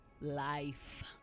life